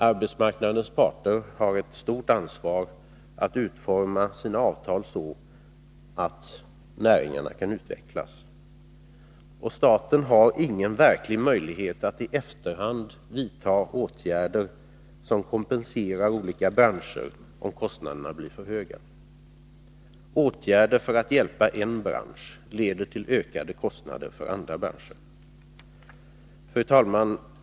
Arbetsmarknadens parter har ett stort ansvar för att utforma sina avtal så att de olika näringarna kan utvecklas. Staten har ingen verklig möjlighet att i efterhand vidta åtgärder, som kompenserar olika branscher, om kostnaderna blir för höga. Åtgärder för att hjälpa en bransch leder till ökade kostnader för andra branscher. Fru talman!